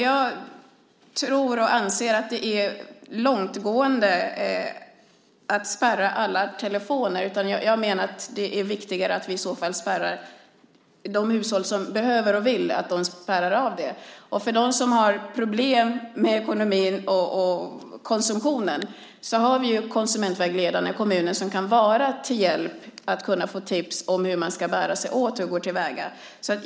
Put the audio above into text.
Jag tror och anser att det är långtgående att spärra alla telefoner. Jag menar att det är bättre att alla de hushåll som behöver och vill spärrar sina telefoner. För dem som har problem med ekonomin och konsumtionen har vi ju konsumentvägledaren i kommunen som kan vara till hjälp med att ge tips om hur man ska gå till väga.